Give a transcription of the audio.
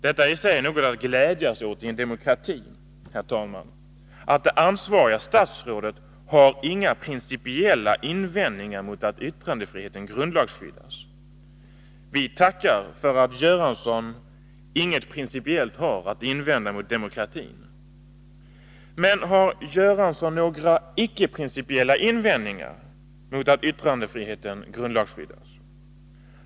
Det är i sig något att glädja sig åt i en demokrati, herr talman, att det ansvariga statsrådet inte har några principiella invändningar mot att yttrandefriheten grundlagsskyddas. Vi tackar för att Bengt Göransson inte har något principiellt att invända mot demokratin. Men har Bengt Göransson några icke-principiella invändningar mot att yttrandefriheten grundlagsskyddas?